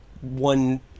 one